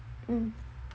mm